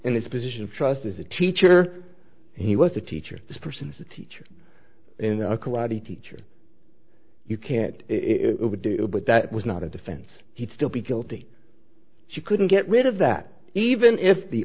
in this position of trust as a teacher he was a teacher this person is a teacher in a karate teacher you can't it would do but that was not a defense he'd still be guilty she couldn't get rid of that even if the